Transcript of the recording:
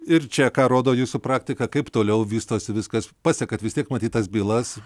ir čia ką rodo jūsų praktika kaip toliau vystosi viskas pasekate vis tiek matytas bylas